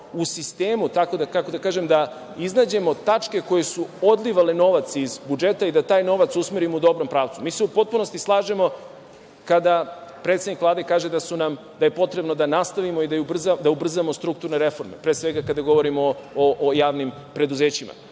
u sistemu, kako da kažem, da iznađemo tačke koje su odlivale novac iz budžeta i da taj novac usmerimo u dobrom pravcu. U potpunosti se slažemo kada predsednik Vlade kaže da nam je potrebno da nastavimo i da ubrzamo strukturne reforme, pre svega, kada govorimo o javnim preduzećima.